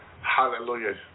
Hallelujah